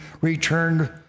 returned